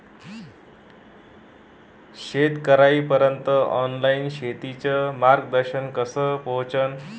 शेतकर्याइपर्यंत ऑनलाईन शेतीचं मार्गदर्शन कस पोहोचन?